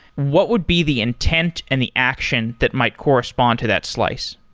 what would be the intent and the action that might correspond to that slice?